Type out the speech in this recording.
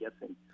guessing